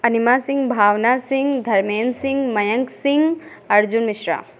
Anima Singh Bhavna Singh Dharmendra Singh Mayank Singh Arjun Mishra